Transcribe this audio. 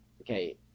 Okay